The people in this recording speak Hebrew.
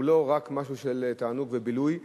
הוא לא רק משהו של תענוג ובילוי.